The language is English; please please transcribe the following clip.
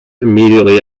immediately